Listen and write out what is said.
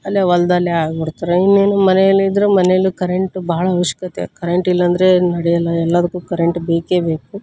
ಅಲ್ಲೇ ಹೊಲ್ದಲ್ಲೇ ಆಗ್ಬಿಡ್ತಾರೆ ಇನ್ನೇನು ಮನೆಯಲ್ಲಿದ್ರೆ ಮನೆಯಲ್ಲೂ ಕರೆಂಟ್ ಭಾಳ ಆವಶ್ಯಕತೆ ಕರೆಂಟಿಲ್ಲ ಅಂದರೆ ನಡೆಯಲ್ಲ ಎಲ್ಲದಕ್ಕೂ ಕರೆಂಟ್ ಬೇಕೇ ಬೇಕು